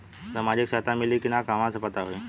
सामाजिक सहायता मिली कि ना कहवा से पता होयी?